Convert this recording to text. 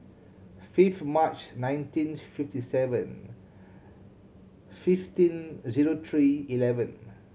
fifth March nineteen fifty seven fifteen zero three eleven